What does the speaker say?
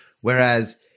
Whereas